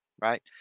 right